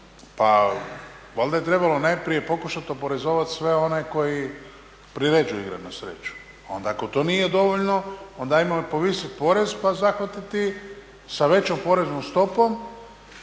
Pa valjda je trebalo najprije pokušat oporezovat sve one koji priređuju igre na sreću, onda ako to nije dovoljno onda ajmo povisit porez pa zahvatiti sa većom poreznom stopom